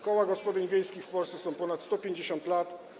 Koła gospodyń wiejskich w Polsce są ponad 150 lat.